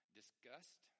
disgust